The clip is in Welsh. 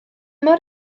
mor